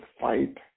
fight